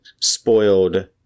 spoiled